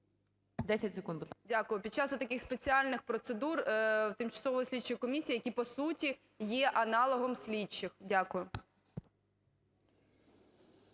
Дякую. Під час отаких спеціальних процедур тимчасової слідчої комісії, які по суті є аналогом слідчих. Дякую.